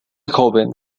joven